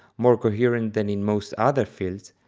more coherent than in most other fields,